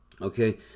Okay